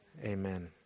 Amen